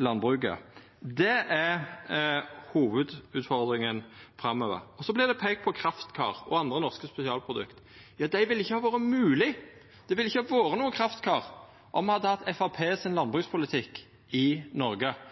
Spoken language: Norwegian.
landbruket. Det er hovudutfordringa framover. Så vert det peikt på Kraftkar og andre norske spesialprodukt. Dette hadde ikkje vore mogleg, det ville ikkje ha vore nokon Kraftkar, om me hadde hatt landbrukspolitikken til Framstegspartiet i Noreg.